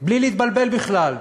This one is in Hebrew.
בלי להתבלבל בכלל,